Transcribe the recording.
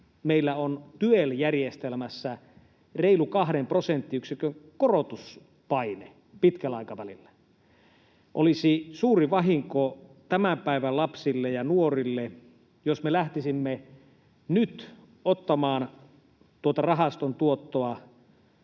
meillä on TyEL-järjestelmässä reilun 2 prosenttiyksikön korotuspaine pitkällä aikavälillä. Olisi suuri vahinko tämän päivän lapsille ja nuorille, jos me lähtisimme nyt ottamaan tuota rahaston tuottoa